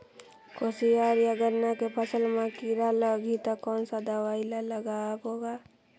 कोशियार या गन्ना के फसल मा कीरा लगही ता कौन सा दवाई ला लगाबो गा?